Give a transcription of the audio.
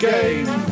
Game